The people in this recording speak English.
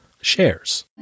shares